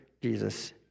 Jesus